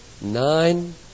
nine